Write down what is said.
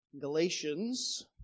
Galatians